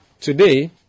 Today